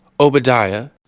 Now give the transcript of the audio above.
Obadiah